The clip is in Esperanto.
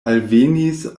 alvenis